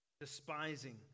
Despising